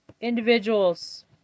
individuals